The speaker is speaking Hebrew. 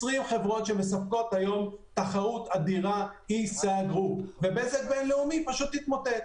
20 חברות שמספקות היום תחרות אדירה ייסגרו ובזק בינלאומי פשוט תתמוטט.